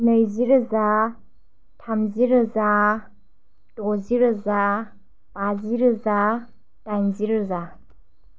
नैजि रोजा थामजि रोजा द'जि रोजा बाजि रोजा दाइनजि रोजा